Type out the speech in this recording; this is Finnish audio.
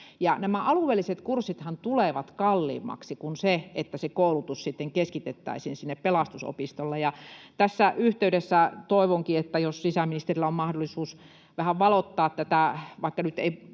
nämä alueelliset kurssithan tulevat kalliimmaksi kuin se, että se koulutus keskitettäisiin sinne Pelastusopistolle. Tässä yhteydessä toivonkin, että sisäministerillä olisi mahdollisuus vähän valottaa tätä,